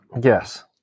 Yes